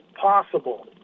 possible